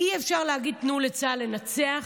אי-אפשר להגיד: תנו לצה"ל לנצח,